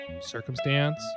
circumstance